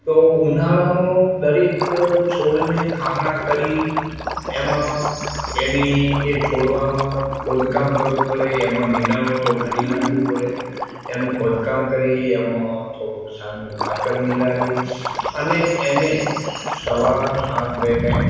તો ઉનાળામાં દરેક છોડને ખામણા કરી એમાં એની એ છોડવામાં ખોદકામ કરવું પડે એમાં નીંદણ હોય તો કાઢી નાખવું પડે એનું ખોદકામ કરી એમાં થોડુંક છાણીયું ખાતર મીલાવી અને એને સવાર સાંજ બે ટાઈમ